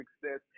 success